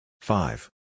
Five